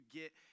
get